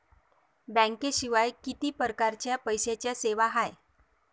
बँकेशिवाय किती परकारच्या पैशांच्या सेवा हाय?